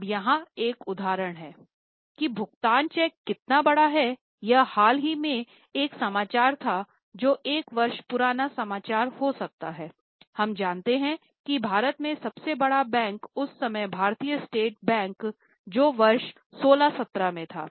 अब यहां एक उदाहरण है कि भुगतान चेक कितना बड़ा है यह हाल ही में एक समाचार था जो एक वर्ष पुराना समाचार हो सकता है हम जानते हैं कि भारत में सबसे बड़ा बैंक उस समय भारतीय स्टेट बैंक जो वर्ष 16 17 में था